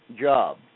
job